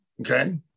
okay